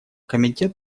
комитет